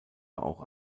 auch